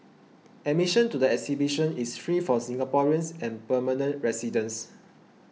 admission to the exhibition is free for Singaporeans and permanent residents